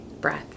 breath